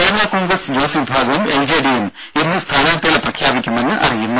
കേരള കോൺഗ്രസ് ജോസ് വിഭാഗവും എൽജെഡിയും ഇന്ന് സ്ഥാനാർത്ഥികളെ പ്രഖ്യാപിക്കുമെന്ന് അറിയുന്നു